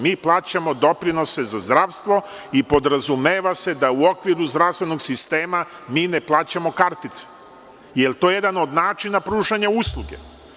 Mi plaćamo doprinose za zdravstvo i podrazumeva se da u okviru zdravstvenog sistema mi ne plaćamo kartice, jer je to jedan od načina pružanja usluge.